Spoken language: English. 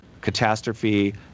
catastrophe